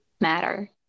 matter